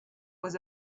was